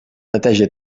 neteja